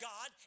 God